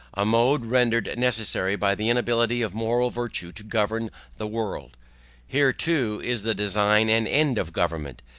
a mode rendered necessary by the inability of moral virtue to govern the world here too is the design and end of government,